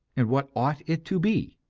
and what ought it to be?